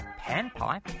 panpipe